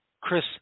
Chris